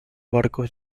barcos